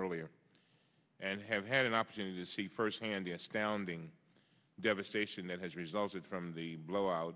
earlier and have had an opportunity to see firsthand the astounding devastation that has resulted from the blowout